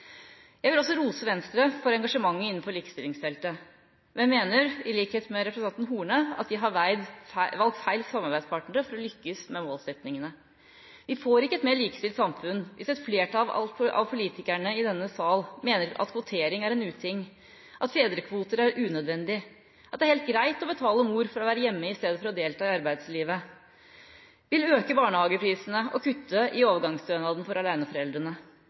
Jeg vil også rose Venstre for engasjementet innenfor likestillingsfeltet, men mener – i likhet med representanten Horne – at de har valgt feil samarbeidspartnere for å lykkes med målsetningene. Vi får ikke et mer likestilt samfunn hvis et flertall av politikere i denne sal mener at kvotering er en uting, at fedrekvoter er unødvendig, at det er helt greit å betale mor for å være hjemme i stedet for å delta i arbeidslivet, vil øke barnehageprisene og kutte i overgangsstønaden for